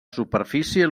superfície